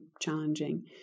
challenging